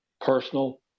personal